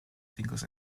singles